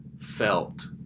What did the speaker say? felt